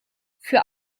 für